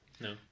No